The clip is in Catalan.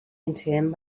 incident